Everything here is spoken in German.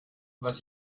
was